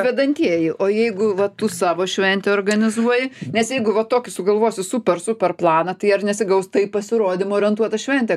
vedantieji o jeigu va tu savo šventę organizuoji nes jeigu va tokį sugalvosiu super super planą tai ar nesigaus tai į pasirodymą orientuota šventė